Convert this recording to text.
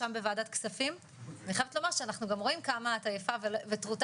שם בוועדת כספים ואני חייבת לומר שאנחנו גם רואים כמה את עייפה וטרוטת